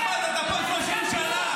אחמד, אתה פה 30 שנה.